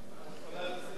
את יכולה להוסיף אותי?